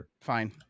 Fine